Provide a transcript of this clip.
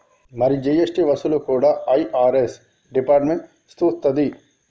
మరి జీ.ఎస్.టి వసూళ్లు కూడా ఐ.ఆర్.ఎస్ డిపార్ట్మెంట్ సూత్తది